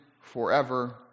forever